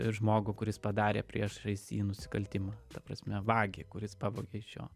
žmogų kuris padarė priešais jį nusikaltimą ta prasme vagį kuris pavogė iš jo